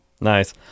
nice